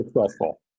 successful